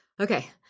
okay